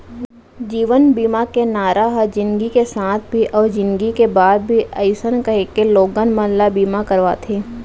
जीवन बीमा के नारा हे जिनगी के साथ भी अउ जिनगी के बाद भी अइसन कहिके लोगन मन ल बीमा करवाथे